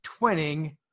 twinning